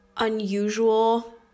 unusual